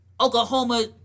Oklahoma